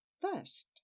First